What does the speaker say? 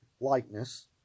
likeness